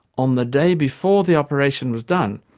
on the day before the operation was done,